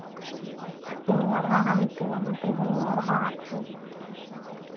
तो सीनियर हैं हमसे हम तो जूनियर हैं आपके